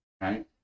right